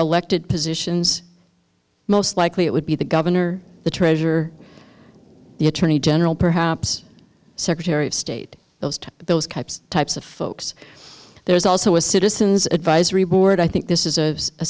elected positions most likely it would be the governor the treasurer the attorney general perhaps secretary of state goes to those cops types of folks there's also a citizen's advisory board i think this is a